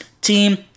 team